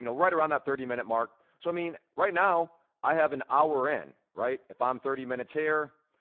you know right around that thirty minute mark. so, i mean, right now i have an hour in, right. if i'm thirty minutes here,